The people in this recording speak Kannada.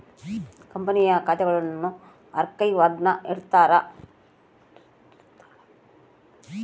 ಕಂಪನಿಯ ಖಾತೆಗುಳ್ನ ಆರ್ಕೈವ್ನಾಗ ಇಟ್ಟಿರ್ತಾರ